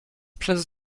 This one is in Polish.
przez